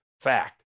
Fact